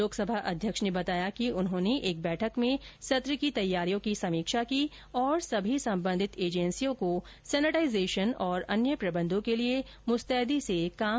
लोकसभा अध्यक्ष ने बताया कि उन्होंने एक बैठक में सत्र की तैयारियों की समीक्षा की और सभी संबंधित एजेंसियों को सैनिटाइजेशन और अन्य प्रबंधों के लिए मुस्तैदी से काम करने का निर्देश दिया